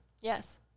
Yes